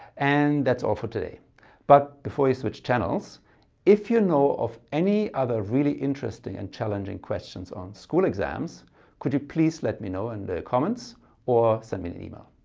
and that's all for today but before you switch channels if you know of any other really interesting and challenging questions on school exams could you please let me know in the comments or send me an email.